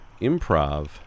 improv